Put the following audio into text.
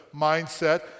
mindset